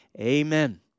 amen